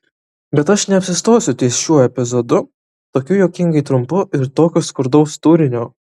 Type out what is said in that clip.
bet aš neapsistosiu ties šiuo epizodu tokiu juokingai trumpu ir tokio skurdaus turinio